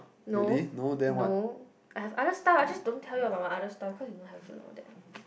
no no I have other stuff I just don't tell you about my other stuff because you don't have to know that